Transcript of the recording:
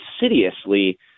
insidiously